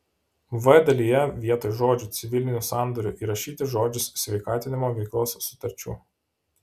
v dalyje vietoj žodžių civilinių sandorių įrašyti žodžius sveikatinimo veiklos sutarčių